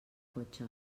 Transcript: cotxe